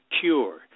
cure